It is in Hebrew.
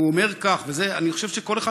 הוא אומר כך, ואני חושב שכל אחד